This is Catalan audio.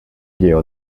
lleó